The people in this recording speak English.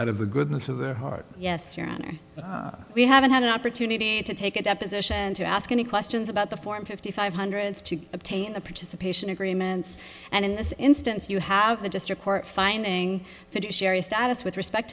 out of the goodness of their heart yes your honor we haven't had an opportunity to take a deposition to ask any questions about the form fifty five hundred to obtain the participation agreements and in this instance you have the district court finding fiduciary status with respect